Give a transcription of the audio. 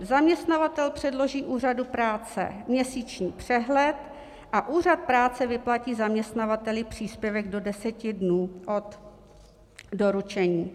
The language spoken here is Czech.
Zaměstnavatel předloží Úřadu práce měsíční přehled a Úřad práce vyplatí zaměstnavateli příspěvek do deseti dnů od doručení.